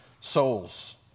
souls